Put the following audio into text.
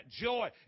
joy